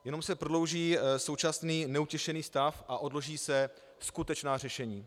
Jenom se prodlouží současný neutěšený stav a odloží se skutečná řešení.